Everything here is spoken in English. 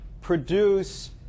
produce